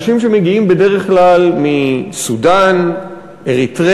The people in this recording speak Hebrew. אלה אנשים שמגיעים בדרך כלל מסודאן ומאריתריאה,